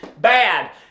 bad